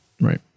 Right